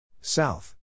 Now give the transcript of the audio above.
South